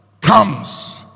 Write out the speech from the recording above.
comes